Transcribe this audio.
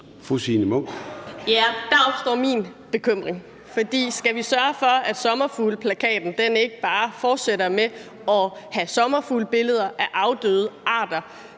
der opstår min bekymring. For skal vi sørge for, at sommerfugleplakaten ikke bare fortsætter med at have sommerfuglebilleder af uddøde arter,